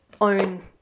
own